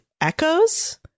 Echoes